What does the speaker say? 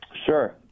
Sure